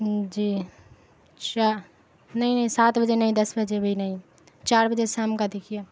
جی نہیں نہیں سات بجے نہیں دس بجے بھی نہیں چار بجے شام کا دیکھیے